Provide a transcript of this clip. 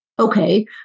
Okay